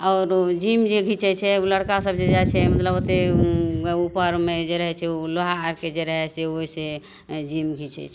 आओर ओ जिम जे घिचै छै ओ लड़कासभ जाइ छै मतलब ओतेक उपरमे जे रहै छै ओ लोहा आओरके जे रहै छै ओहिसे जिम घिचै छै